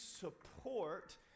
support